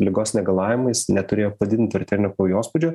ligos negalavimais neturėjo padidinti arterinio kraujospūdžio